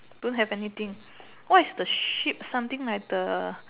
don't have anything what is the shape something like the